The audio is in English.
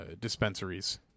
dispensaries